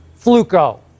Fluco